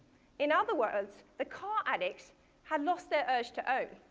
in other words, the car addicts had lost their urge to own.